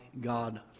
God